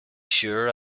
sure